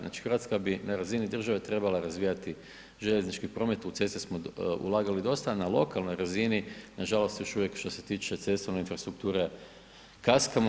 Znači Hrvatska bi na razini države trebala razvijati željezničke promet, u ceste smo ulagali dosta, a na lokalnoj razini nažalost još uvijek što se tiče cestovne infrastrukture kaskamo.